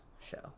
show